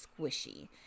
squishy